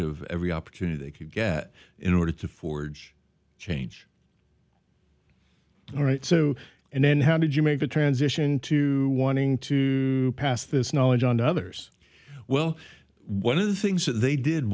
of every opportunity they could get in order to forge change all right so and then how did you make the transition to wanting to pass this knowledge on to others well one of the things that they did